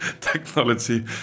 technology